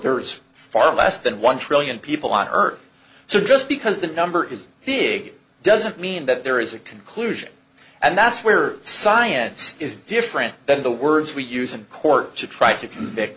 there is far less than one trillion people on earth so just because the number is big doesn't mean that there is a conclusion and that's where science is different than the words we use in court to try to convict